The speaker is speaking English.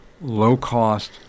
low-cost